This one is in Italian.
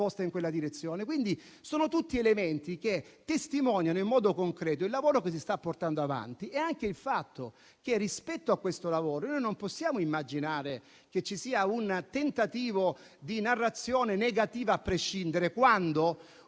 in quella direzione. Quindi sono tutti elementi che testimoniano in modo concreto il lavoro che si sta portando avanti e anche il fatto che, rispetto a questo lavoro, non possiamo immaginare che ci sia un tentativo di narrazione negativa a prescindere, quando un